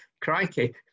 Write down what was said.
Crikey